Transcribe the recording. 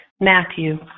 Matthew